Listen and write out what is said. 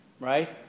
Right